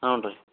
ಹ್ಞೂ ರೀ